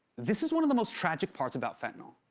this is one of the most tragic parts about fentanyl.